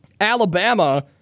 Alabama